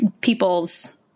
people's